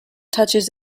touches